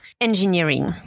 engineering